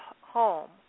home